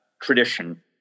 tradition